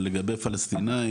אבל לגבי פלסטינאים,